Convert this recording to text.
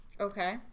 Okay